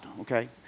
okay